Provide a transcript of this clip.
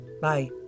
Bye